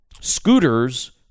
scooters